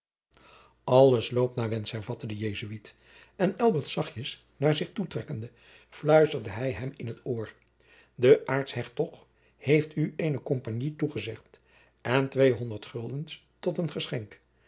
alles loopt naar wensch hervatte de jesuit en elbert zachtjens naar zich toe trekkende fluisterde hij hem in t oor de aartshertog heeft u eene compagnie toegezegd en tweehonderd guldens tot een geschenk